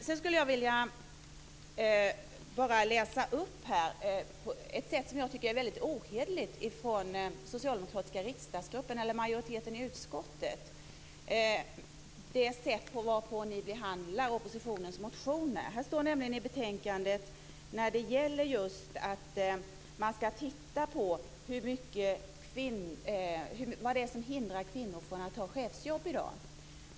Det sätt som av den socialdemokratiska majoriteten i utskottet behandlar oppositionens motioner är nästan ohederligt. Det står i betänkandet att man ska titta på vad det är som hindrar kvinnor från att ta chefsjobb i dag.